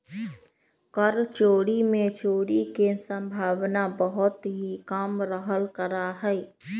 कर चोरी में चोरी के सम्भावना बहुत ही कम रहल करा हई